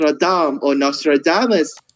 Nostradamus